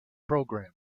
program